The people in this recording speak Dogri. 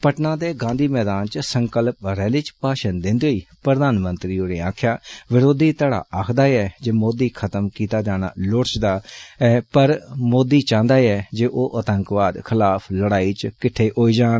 पटना दे गांधी मैदान च संकल्प रैली च भाशण दिन्दे होई प्रधानमंत्री होरें आक्खेआ विरोधी धड़ा आखदा ऐ जे मोदी खत्म कीता जाना लोड़चदा ऐ पर मोदी चांहदा ऐ जे ओ आतंकवाद खलाफ लड़ाई च किट्ठे होई जान